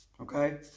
okay